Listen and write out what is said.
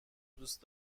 دوست